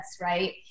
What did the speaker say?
right